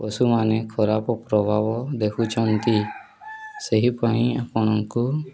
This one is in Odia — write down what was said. ପଶୁମାନେ ଖରାପ ପ୍ରଭାବ ଦେଖୁଛନ୍ତି ସେହିପାଇଁ ଆପଣଙ୍କୁ